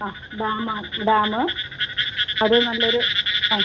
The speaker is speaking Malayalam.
ആ ഡാം ആ ഡാമ് അത് നല്ലൊരു ആ